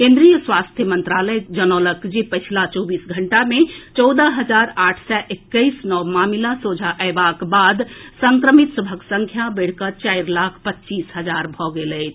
केन्द्रीय स्वास्थ्य मंत्रालय जनौलक जे पछिला चौबीस घंटा मे चौदह हजार आठ सय एक्कैस नव मालिा सोझा अयबाक बाद संक्रमित सभक संख्या बढ़ि कऽ चारि लाख पच्चीस हजार भऽ गेल अछि